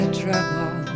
trouble